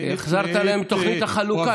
החזרת להם את תוכנית החלוקה, הקפצת אותה.